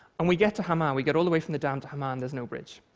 and we get to hama. we get all the way from the dam to hama and there's no bridge.